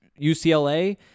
UCLA